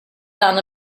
done